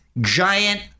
Giant